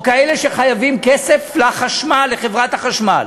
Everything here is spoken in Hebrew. או כאלה שחייבים כסף לחברת החשמל,